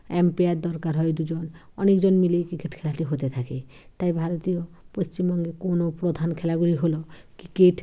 umpire দরকার হয় দুজন অনেকজন মিলেই ক্রিকেট খেলাটি হতে থাকে তাই ভারতীয় পশ্চিমবঙ্গের কোনও প্রধান খেলাগুলি হলো ক্রিকেট